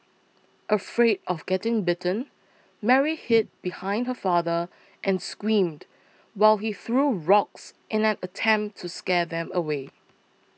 afraid of getting bitten Mary hid behind her father and screamed while he threw rocks in an attempt to scare them away